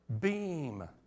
beam